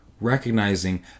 recognizing